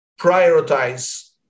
prioritize